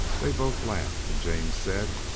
they both laughed, and james said,